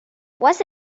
was